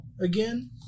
again